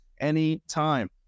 anytime